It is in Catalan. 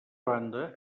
banda